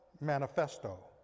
manifesto